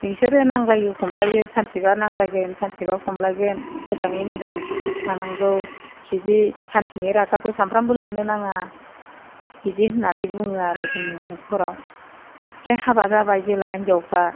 नोंसोरो नांलायो खमलायो सानसेबा नांलायगोन सानसेबा खमलायगोन मोजाङै मोजां सुख थानांगौ बिदि सानसेनि रागाखौ सानफ्रामबो लानो नाङा बिदि होन्नानै बुङो आरो जोङो नखराव जै हाबा जाबाय जेला हिन्जावफ्रा